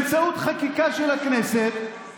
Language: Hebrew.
זאת אומרת, אתה רוצה באמצעות חקיקה של הכנסת לבוא